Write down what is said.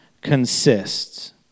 consists